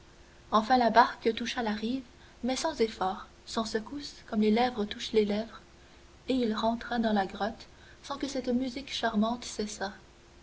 enfin la barque toucha la rive mais sans effort sans secousse comme les lèvres touchent les lèvres et il rentra dans la grotte sans que cette musique charmante cessât